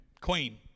queen